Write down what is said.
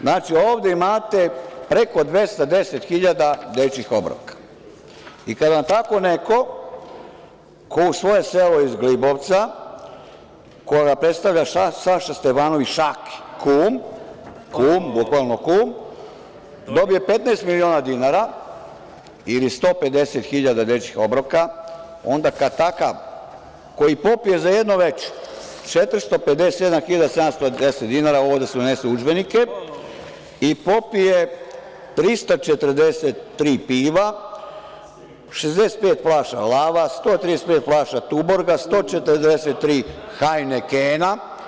Znači, ovde imate preko 210.000 dečijih obroka i kada vam tako neko ko u svoje selo iz Glibovca, koga predstavlja Saša Stevanović Šaki, kum, bukvalno kum, dobije 15 miliona dinara ili 150.000 dečijih obroka, onda kada takav koji popije za jedno veče 457.710,00 dinara, ovo da se unese u udžbenike, i popije 343 piva - 65 flaša „Lava, 135 flaša „Tuborga“, 143 „Hajnekena“